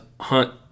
hunt –